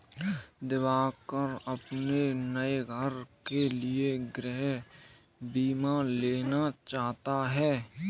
दिवाकर अपने नए घर के लिए गृह बीमा लेना चाहता है